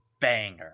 banger